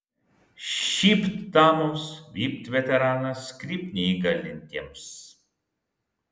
šypt damoms vypt veteranams krypt neįgalintiems